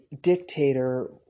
dictator